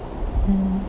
hmm